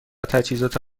تجهیزات